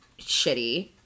shitty